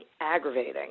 aggravating